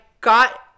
got